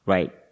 Right